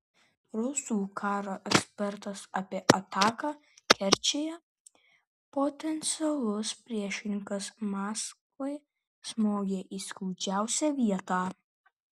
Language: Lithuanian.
rusų karo ekspertas apie ataką kerčėje potencialus priešininkas maskvai smogė į skaudžiausią vietą